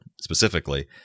specifically